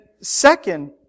second